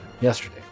yesterday